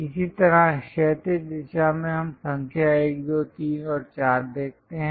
इसी तरह क्षैतिज दिशा में हम संख्या 1 2 3 और 4 देखते हैं